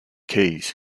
quays